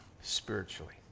spiritually